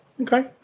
Okay